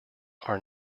are